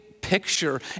picture